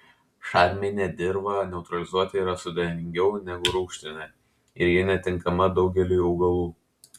šarminę dirvą neutralizuoti yra sudėtingiau negu rūgštinę ir ji netinkama daugeliui augalų